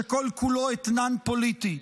שכל-כולו אתנן פוליטי,